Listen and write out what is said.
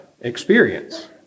experience